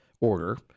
Order